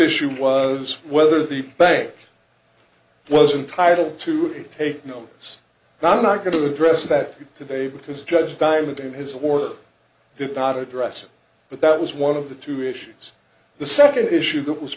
issue was whether the bank wasn't title to take no it's not going to address that today because judge diamond in his or her did not address but that was one of the two issues the second issue that was